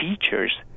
features